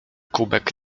kubek